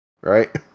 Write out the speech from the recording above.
right